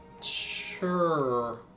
Sure